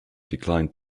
declined